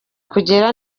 kugera